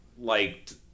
liked